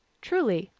truly,